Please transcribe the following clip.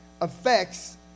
affects